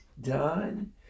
done